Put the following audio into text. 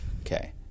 Okay